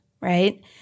right